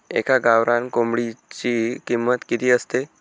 एका गावरान कोंबडीची किंमत किती असते?